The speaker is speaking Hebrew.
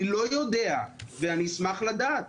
אני לא יודע ואני אשמח לדעת,